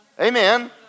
Amen